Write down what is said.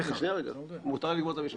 שנייה רגע, מותר לי לגמור את המשפט?